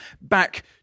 back